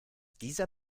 dieser